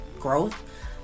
Growth